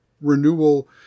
renewal